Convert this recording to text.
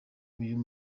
uyu